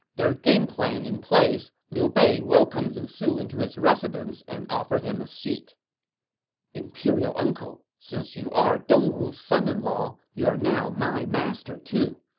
their gameplan in place, liu bei welcomed lu su into his residence and offered him a seat imperial uncle, since you are dongwu's son-in-law, you are now my master, too.